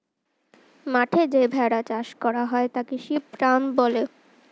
যে মাঠে ভেড়া চাষ করা হয় তাকে শিপ রাঞ্চ বলে